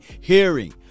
Hearing